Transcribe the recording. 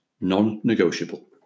Non-negotiable